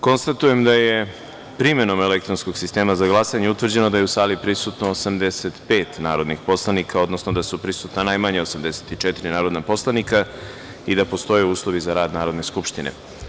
Konstatujem da je, primenom elektronskog sistema za glasanje, utvrđeno da je u sali prisutno 85 narodnih poslanika, odnosno da su prisutna najmanje 84 narodna poslanika i da postoje uslovi za rad Narodne skupštine.